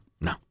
No